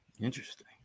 Interesting